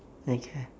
okay